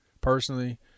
personally